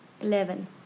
Eleven